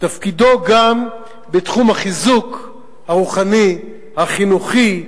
תפקידו גם בתחום החיזוק הרוחני, החינוכי,